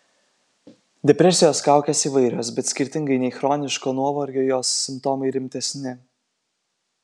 depresijos kaukės įvairios bet skirtingai nei chroniško nuovargio jos simptomai rimtesni